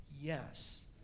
Yes